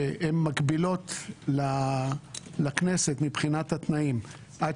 שהן מקבילות לכנסת מבחינת התנאים, עד